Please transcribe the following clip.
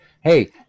Hey